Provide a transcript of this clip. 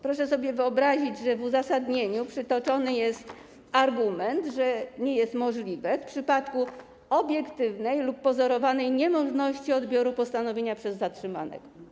Proszę sobie wyobrazić, że w uzasadnieniu przytoczony jest argument, że nie jest możliwe w przypadku obiektywnej lub pozorowanej niemożności odbioru postanowienia przez zatrzymanego.